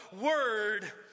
word